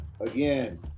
again